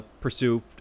pursue